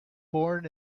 born